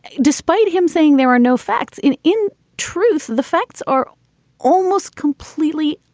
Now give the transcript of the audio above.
despite him saying there are no facts in in truth, the facts are almost completely.